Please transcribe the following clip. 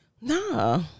Nah